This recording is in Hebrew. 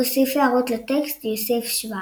הוסיף הערות לטקסט יוסף שורץ.